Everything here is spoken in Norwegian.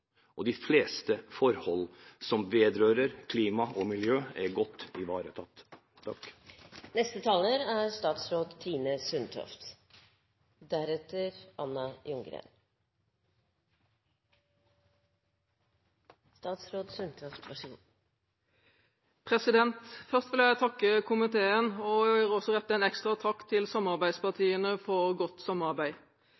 og de fleste forhold som vedrører klima og miljø, er godt ivaretatt. Først vil jeg takke komiteen, og jeg vil også rette en ekstra takk til